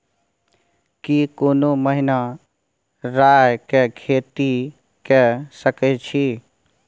की कोनो महिना राई के खेती के सकैछी?